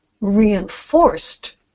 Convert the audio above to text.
reinforced